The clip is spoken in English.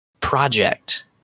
project